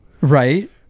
right